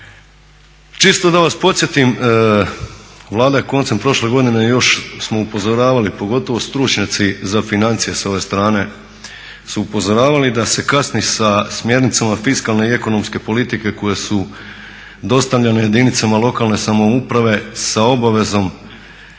Čisto da vas podsjetim Vlada je koncem prošle godine još smo upozoravali, pogotovo stručnjaci za financije s ove strane su upozoravali da se kasni sa smjernicama fiskalne i ekonomske politike koje su dostavljanje jedinicama lokalne samouprave sa obavezom